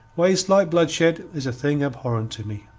waste, like bloodshed, is a thing abhorrent to me.